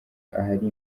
ahari